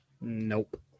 Nope